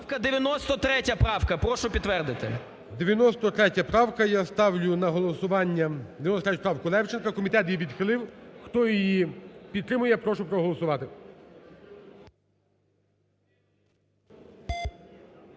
93 правка, я ставлю на голосування 93 правку Левченка. Комітет її відхилив. Хто її підтримує, прошу проголосувати.